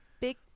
big